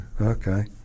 Okay